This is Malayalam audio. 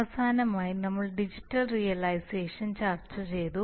അവസാനമായി നമ്മൾ ഡിജിറ്റൽ റിയലൈസേഷൻ ചർച്ചചെയ്തു